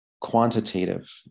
quantitative